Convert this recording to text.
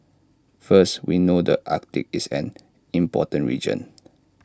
first we know the Arctic is an important region